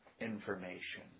information